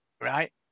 Right